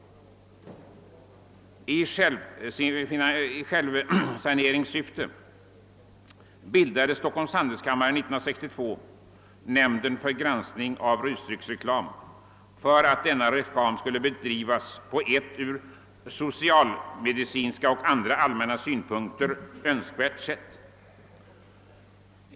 I självsaneringssyfte bildade Stockholms handelskammare år 1962 nämnden för granskning av rusdrycksreklam, som skulle borga för att denna reklam bedrevs på ett från socialmedicinska och andra allmänna synpunkter önskvärt sätt.